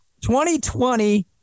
2020